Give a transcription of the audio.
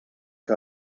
que